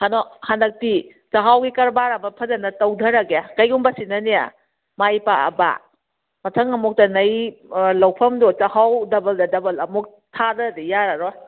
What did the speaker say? ꯀꯩꯅꯣ ꯍꯟꯗꯛꯇꯤ ꯆꯥꯛꯍꯥꯎꯒꯤ ꯀꯔꯕꯥꯔ ꯑꯃ ꯐꯖꯅ ꯇꯧꯊꯔꯒꯦ ꯀꯩꯒꯨꯝꯕ ꯁꯤꯅꯅꯦ ꯃꯥꯏ ꯄꯥꯛꯑꯕ ꯃꯊꯪ ꯑꯃꯨꯛꯇ ꯅꯣꯏ ꯂꯧꯐꯝꯗꯣ ꯆꯛꯍꯥꯎ ꯗꯕꯜꯗ ꯗꯕꯜ ꯑꯃꯨꯛ ꯊꯥꯗꯕꯗꯤ ꯌꯥꯔꯔꯣꯏ